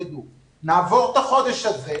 נעבור את החודש הזה,